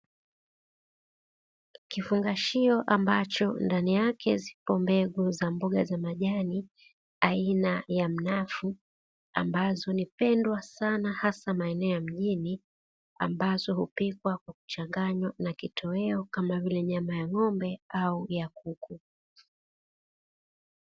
Kifungashio ambacho ndani yake zipo mbegu za mboga za majani aina ya mnafu ambazo ni pendwa sana hasa maeneo ya mjini, ambazo hupikwa na kuchanganywa na kitoweo kama vile nyama ya ng'ombe au ya kuku.